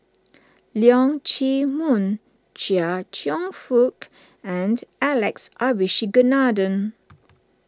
Leong Chee Mun Chia Cheong Fook and Alex Abisheganaden